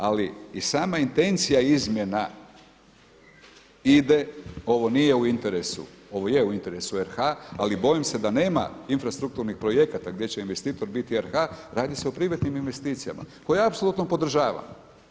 Ali i sama intencija izmjena ide ovo nije u interesu, ovo je u interesu RH, ali bojim se da nema infrastrukturnih projekata gdje će investitor biti RH, radi se o privatnim investicijama koje apsolutno podržavam.